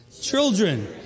Children